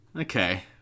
Okay